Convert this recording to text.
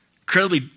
Incredibly